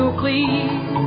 please